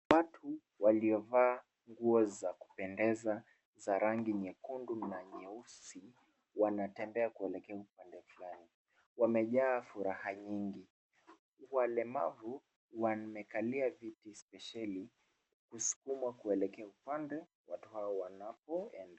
Watu waliovaa nguo za kupendeza za rangi nyekundu na nyeusi wanatembea kuelekea upande fulani. Wamejaa furaha nyingi. Walemavu wamekalia viti spesheli kusukumwa kuelekea upande watu hao wanapoenda.